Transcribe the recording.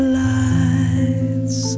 lights